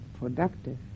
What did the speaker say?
productive